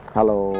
Hello